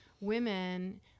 women